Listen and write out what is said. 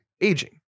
aging